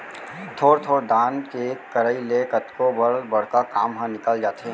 थोर थोर दान के करई ले कतको बर बड़का काम ह निकल जाथे